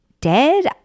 dead